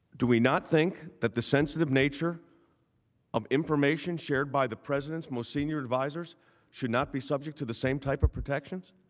do we not think the sensitive nature of information shared by the president's most senior advisor should not be subject to the same type of protections,